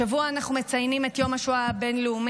השבוע אנחנו מציינים את יום השואה הבין-לאומי,